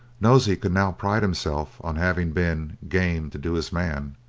nosey could now pride himself on having been game to do his man,